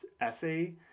essay